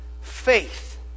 Faith